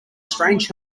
strange